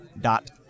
dot